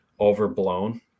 overblown